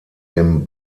dem